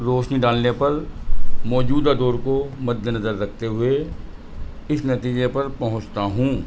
روشنی ڈالنے پر موجودہ دور کو مد نظر رکھتے ہوئے اس نتیجے پر پہنچتا ہوں